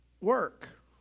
work